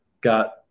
got